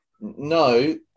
no